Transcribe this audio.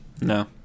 No